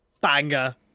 banger